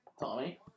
Tommy